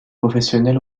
professionnel